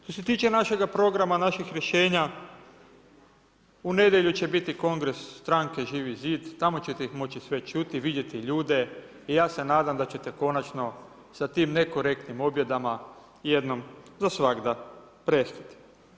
Što se tiče našega programa, naših rješenja, u nedjelju će biti kongres stranke Živi zid, tamo ćete ih moći sve čuti, vidjeti ljude i ja se nadam da ćete konačno sa tim nekorektnim objedama jednom za svagda prestati.